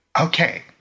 Okay